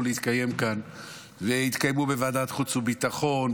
להתקיים כאן ויתקיימו בוועדת חוץ וביטחון,